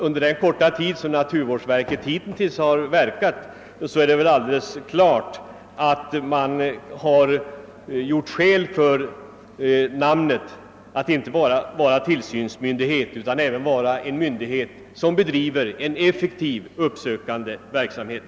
Under den korta tid som naturvårdsverket funnits till står det väl också helt klart att verket fullgör denna sin sistnämnda uppgift på ett förtjänstfullt sätt.